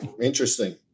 Interesting